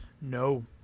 No